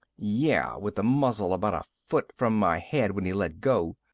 yeah, with the muzzle about a foot from my head when he let go.